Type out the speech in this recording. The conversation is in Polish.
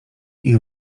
ich